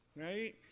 right